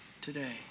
today